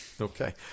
Okay